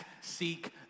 seek